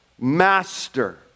master